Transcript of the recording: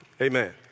amen